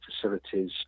facilities